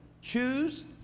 choose